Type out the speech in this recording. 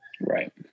right